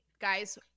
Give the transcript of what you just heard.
Guys